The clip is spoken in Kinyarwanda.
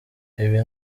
ibi